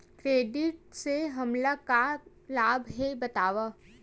Credit से हमला का लाभ हे बतावव?